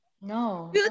No